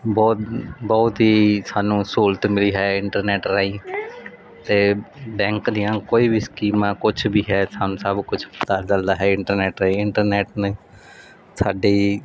ਬਹੁਤ ਬਹੁਤ ਹੀ ਸਾਨੂੰ ਸਹੂਲਤ ਮਿਲੀ ਹੈ ਇੰਟਰਨੈਟ ਰਾਹੀਂ ਅਤੇ ਬੈਂਕ ਦੀਆਂ ਕੋਈ ਵੀ ਸਕੀਮਾਂ ਕੁਛ ਵੀ ਹੈ ਸਾਨੂੰ ਸਭ ਕੁਛ ਪਤਾ ਚੱਲਦਾ ਹੈ ਇੰਟਰਨੈੱਟ ਰਾਹੀਂ ਇੰਟਰਨੈੱਟ ਨੇ ਸਾਡੀ